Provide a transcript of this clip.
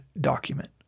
document